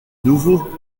nouveau